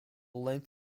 length